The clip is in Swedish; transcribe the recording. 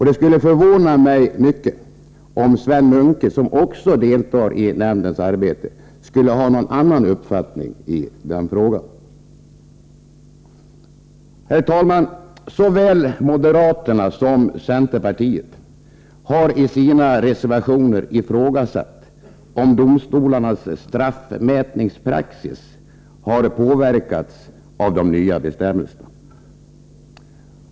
Det skulle förvåna mig mycket om Sven Munke, som också deltar i nämndens arbete, skulle ha någon annan uppfattning i den frågan. Herr talman! Såväl moderaterna som centerpartiet har i sina reservationer ifrågasatt om domstolarnas straffmätningspraxis har påverkats av de nya bestämmelserna.